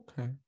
okay